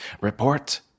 Report